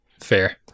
Fair